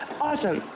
awesome